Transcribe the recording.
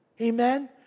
Amen